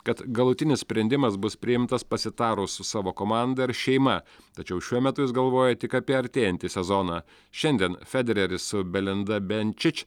kad galutinis sprendimas bus priimtas pasitarus su savo komanda ir šeima tačiau šiuo metu jis galvoja tik apie artėjantį sezoną šiandien federeris su belinda benčič